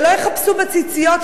שלא יחפשו בציציות,